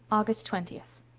august twentieth.